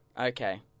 Okay